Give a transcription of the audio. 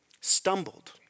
Stumbled